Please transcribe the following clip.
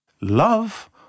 Love